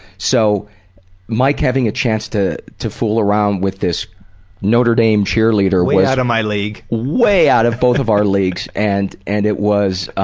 so mike having a chance to to fool around with this notre dame cheerleader mike way out of my league. way out of both of our leagues. and and it was,